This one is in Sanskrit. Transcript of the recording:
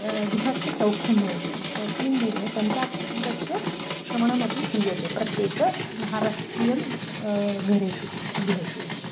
गृहस्य सौख्यं भवति तस्मिन् दिने पञ्चाङ्गस्य श्रमणमपि क्रियते प्रत्येकमहाराष्ट्रियं घरेषु गृहेषु इति